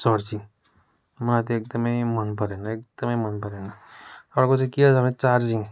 searching मलाई त्यो एकदमै मनपरेन एकदमै मनपरेन अर्को चाहिँ के छ भने चार्जिङ